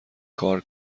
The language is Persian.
کار